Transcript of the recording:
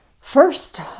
First